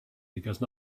because